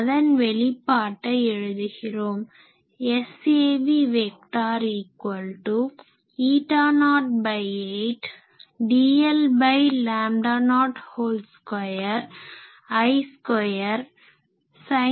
அதன் வெளிப்பாட்டை எழுதுகிறோம்